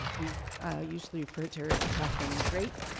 we usually refer to her as kathryn the great,